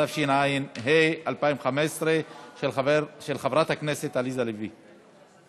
עברה ותועבר לוועדת הכלכלה להמשך הכנתה לקריאה ראשונה.